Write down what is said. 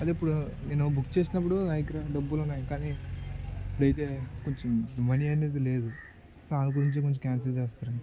అదే ఇప్పుడు నేను బుక్ చేసినప్పుడు నా దగ్గర డబ్బులు ఉన్నాయి కానీ ఇప్పుడు అయితే కొంచెం మనీ అనేది లేదు దాని గురించి కొంచెం కాన్సెల్ చేస్తారు